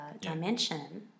dimension